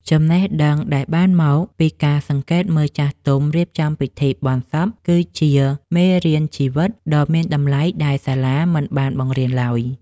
ចំណេះដឹងដែលបានមកពីការសង្កេតមើលចាស់ទុំរៀបចំពិធីបុណ្យសព គឺជាមេរៀនជីវិតដ៏មានតម្លៃដែលសាលាមិនបានបង្រៀនឡើយ។